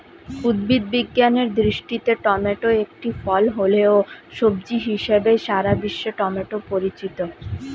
উদ্ভিদ বিজ্ঞানের দৃষ্টিতে টমেটো একটি ফল হলেও, সবজি হিসেবেই সারা বিশ্বে টমেটো পরিচিত